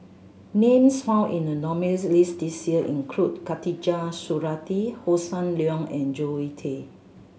names found in the nominees' list this year include Khatijah Surattee Hossan Leong and Zoe Tay